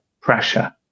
pressure